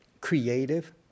creative